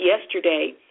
yesterday